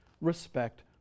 respect